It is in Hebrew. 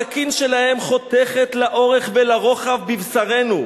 הסכין שלהם חותכת לאורך ולרוחב בבשרנו.